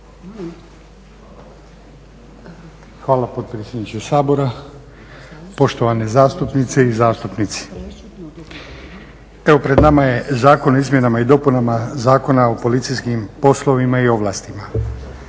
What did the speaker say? Hvala potpredsjedniče Sabora. Poštovane zastupnice i zastupnici. Evo, pred nama je zakon o izmjenama i dopunama Zakona o policijskim poslovima i ovlastima.